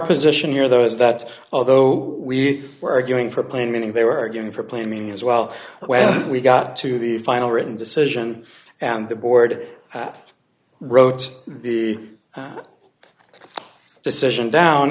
position here though is that although we were arguing for a plain meaning they were arguing for plain meaning as well when we got to the final written decision and the board wrote the decision down